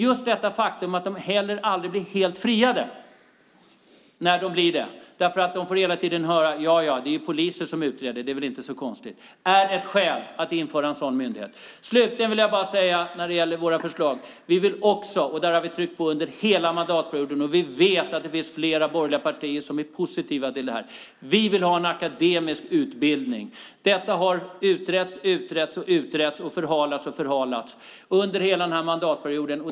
Just det faktum att de aldrig blir helt friade, därför att de hela tiden får höra att det inte är så konstigt att de frias eftersom det är poliser som utreder, är ett skäl att införa en sådan myndighet. Slutligen när det gäller våra förslag vill vi att poliser ska ha en akademisk utbildning. Här har vi tryckt på under hela mandatperioden, och vi vet att det finns flera borgerliga partier som är positiva till det. Detta har utretts och utretts och förhalats och förhalats under hela mandatperioden.